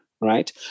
Right